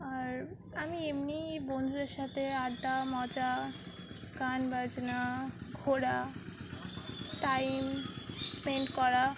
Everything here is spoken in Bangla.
আর আমি এমনিই বন্ধুদের সাথে আড্ডা মজা গান বাজনা ঘোরা টাইম স্পেন্ড করা